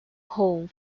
home